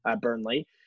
Burnley